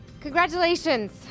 congratulations